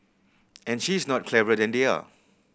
and she is not cleverer than they are